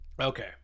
Okay